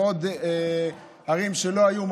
ועוד ערים שלא היו,